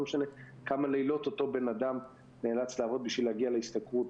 לא משנה כמה לילות אותו בן-אדם נאלץ לעבוד בשביל להגיע להשתכרות,